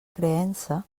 creença